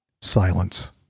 Silence